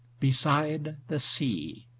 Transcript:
beside the sea.